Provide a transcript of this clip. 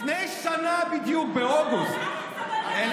לפני שנה בדיוק, באוגוסט, אבל